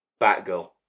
Batgirl